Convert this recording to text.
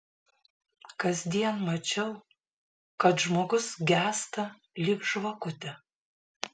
kasdien mačiau kad žmogus gęsta lyg žvakutė